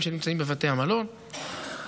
7 באוקטובר הארור 2023,